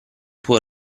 tuo